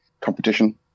competition